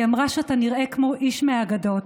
והיא אמרה שאתה נראה כמו איש מהאגדות,